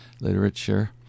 literature